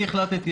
אני החלטתי,